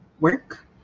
work